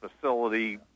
facility